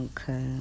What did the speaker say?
Okay